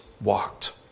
walked